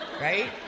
Right